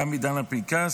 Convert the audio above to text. תם עידן הפנקס,